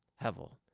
hevel,